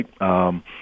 right